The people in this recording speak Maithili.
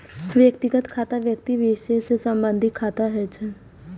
व्यक्तिगत खाता व्यक्ति विशेष सं संबंधित खाता होइ छै